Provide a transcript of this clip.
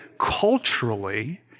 culturally